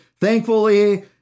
Thankfully